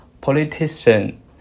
politician